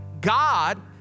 God